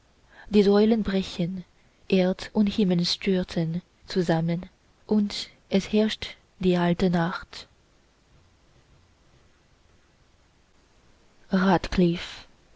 die säulen brechen erd und himmel stürzen zusammen und es herrscht die alte nacht